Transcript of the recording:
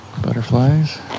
Butterflies